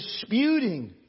disputing